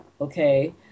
Okay